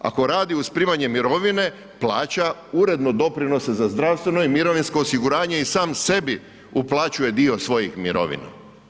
Ako radi uz primanje mirovine plaća uredno doprinose za zdravstveno i mirovinsko osiguranje i sam sebi uplaćuje dio svojih mirovina.